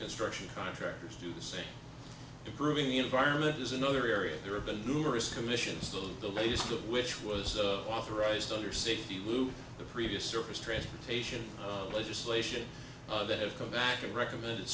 construction contractors do the same improving the environment is another area there have been numerous commissions the latest of which was authorized under safetea lu the previous surface transportation legislation that have come back and recommended